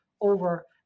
over